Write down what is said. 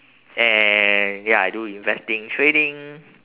and ya I do investing trading